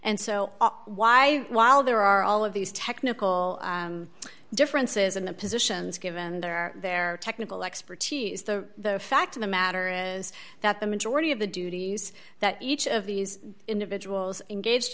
and so why while there are all of these technical differences in the positions given there are there are technical expertise the the fact of the matter is that the majority of the duties that each of these individuals engaged